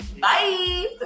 Bye